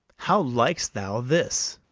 how lik'st thou this?